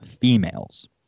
females